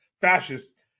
fascists